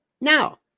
Now